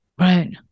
Right